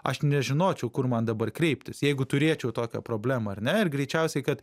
aš nežinočiau kur man dabar kreiptis jeigu turėčiau tokią problemą ar ne ir greičiausiai kad